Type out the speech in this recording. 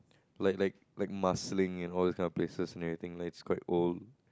like like like Marsiling and all these kind of places and everything like it's quite old